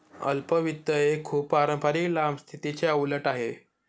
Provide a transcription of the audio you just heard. अल्प वित्त एक खूप पारंपारिक लांब स्थितीच्या उलट आहे